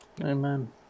Amen